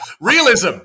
realism